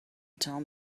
town